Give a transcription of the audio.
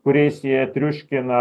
kuriais jie triuškina